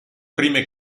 prime